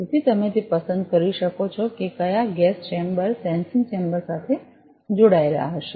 તેથી તમે તે પસંદ કરી શકો છો કે કયા ગેસ ચેમ્બર સેન્સિંગ ચેમ્બર સાથે જોડાયેલ હશે